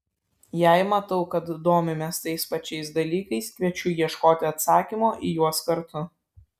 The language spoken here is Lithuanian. jei matau kad domimės tais pačiais dalykais kviečiu ieškoti atsakymo į juos kartu